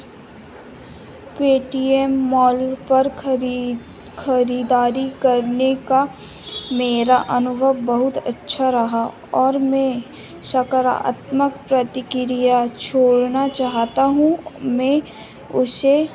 Paytm mall पर खरीद खरीदारी करने का मेरा अनुरोध बहुत अच्छा रहा और मैं सकारात्मक अपना प्रतिक्रिया छोड़ना चाहता हूँ मैं उसे